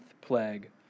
plague